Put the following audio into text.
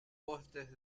postes